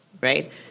right